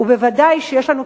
וודאי שיש לנו,